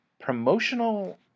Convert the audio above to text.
promotional